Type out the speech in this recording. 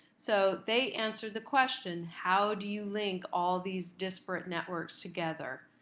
so they answered the question how do you link all these disparate networks together.